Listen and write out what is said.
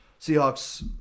Seahawks